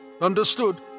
Understood